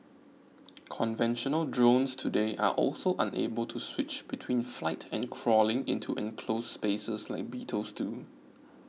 conventional drones today are also unable to switch between flight and crawling into enclosed spaces like beetles do